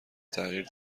تغییر